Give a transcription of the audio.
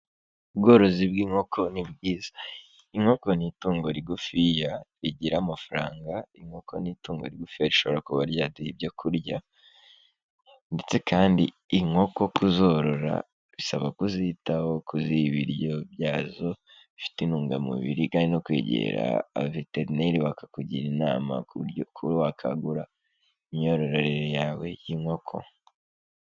Ubworozi bw'inkoko ni bwiza. Inkoko ni itungo rigufiya rigira amafaranga, inkoko ni itungo rigufiya rishobora kuba ryaduha ibyo kurya. Ndetse kandi inkoko kuzorora bisaba kuzitaho, kuziha ibiryo byazo bifite intungamubiri kandi no kwegera abaveterineri bakakugira inama ku buryo wakangura imyororere yawe y'inkoko.